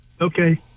Okay